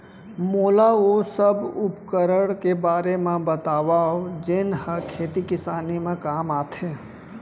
मोला ओ सब उपकरण के बारे म बतावव जेन ह खेती किसानी म काम आथे?